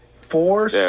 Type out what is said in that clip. Four